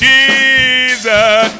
Jesus